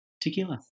Tequila